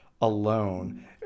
alone